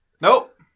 Nope